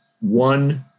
one